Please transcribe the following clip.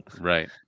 Right